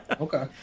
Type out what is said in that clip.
Okay